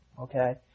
okay